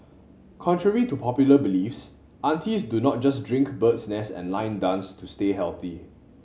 contrary to popular beliefs aunties do not just drink bird's nest and line dance to stay healthy